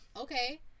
okay